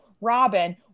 Robin